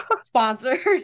sponsored